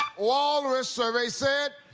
walrus. survey said.